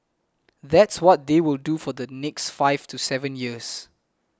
that's what they will do for the next five to seven years